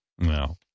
no